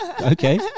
Okay